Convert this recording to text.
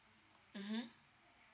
mmhmm